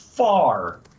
far